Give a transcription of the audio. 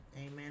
amen